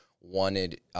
wanted –